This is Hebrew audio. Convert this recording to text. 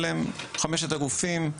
חמשת הגופים,